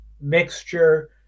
mixture